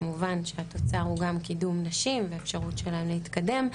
כמובן שהתוצר הוא גם קידום נשים ואפשרות שלהן להתקדם,